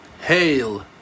Hail